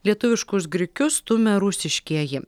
lietuviškus grikius stumia rusiškieji